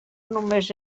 només